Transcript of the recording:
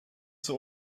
zur